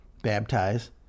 Baptize